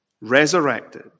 resurrected